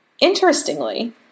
Interestingly